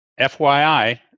FYI